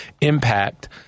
impact